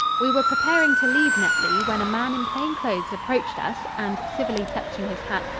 we were preparing to leave netley when a man in plain clothes approached us, and civilly touching his hat,